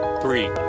three